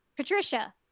Patricia